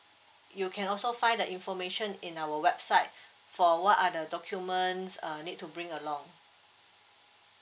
you can also find the information in our website for what are the documents uh need to bring along